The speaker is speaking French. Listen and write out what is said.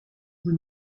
vous